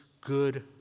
good